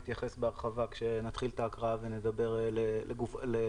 נתייחס בהרחבה כשנתחיל את ההקראה ונדבר לפרטי-פרטים.